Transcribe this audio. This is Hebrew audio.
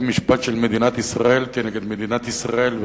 משפט של מדינת ישראל כנגד מדינת ישראל.